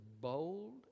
bold